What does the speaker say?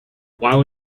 while